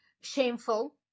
shameful